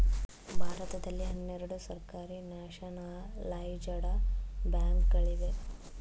ಭಾರತದಲ್ಲಿ ಹನ್ನೆರಡು ಸರ್ಕಾರಿ ನ್ಯಾಷನಲೈಜಡ ಬ್ಯಾಂಕ್ ಗಳಿವೆ